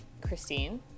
Christine